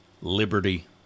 liberty